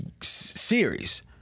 series